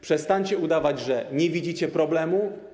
Przestańcie udawać, że nie widzicie problemu.